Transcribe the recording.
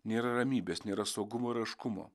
nėra ramybės nėra saugumo ir aiškumo